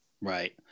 Right